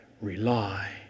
rely